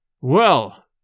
Well